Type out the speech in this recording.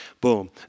boom